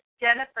Jennifer